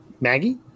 Maggie